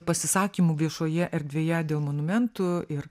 pasisakymų viešoje erdvėje dėl monumentų ir